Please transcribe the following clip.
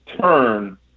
turn